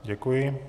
Děkuji.